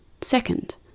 Second